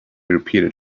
repeated